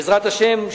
בעזרת השם,